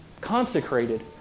consecrated